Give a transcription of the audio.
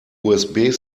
usb